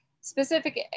specific